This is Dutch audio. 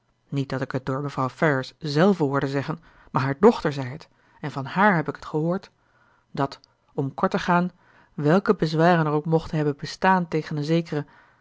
hand niet dat ik het door mevrouw ferrars zelve hoorde zeggen maar haar dochter zei het en van hààr heb ik t gehoord dat om kort te gaan welke bezwaren er ook mochten hebben bestaan tegen een zekere